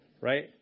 right